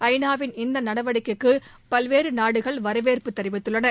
ஐ நா வின் இந்த நடவடிக்கைக்கு பல்வேறு நாடுகள் வரவேற்பு தெரிவித்துள்ளன